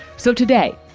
so today,